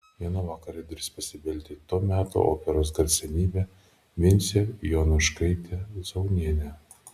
vieną vakarą į duris pasibeldė to meto operos garsenybė vincė jonuškaitė zaunienė